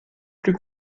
plus